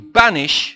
banish